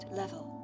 level